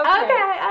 okay